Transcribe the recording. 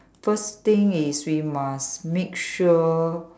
first thing is we must make sure